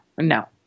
no